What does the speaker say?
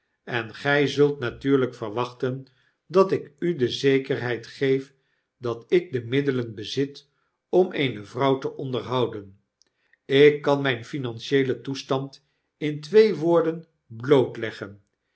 en gij zult natuurlijk verwachten dat ik u de zekerheid geef dat ik de middelen bezit om eene vrouw te onderhouden ik kan mijn flnancieelen toestand in twee woorden blootleggen